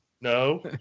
No